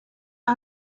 the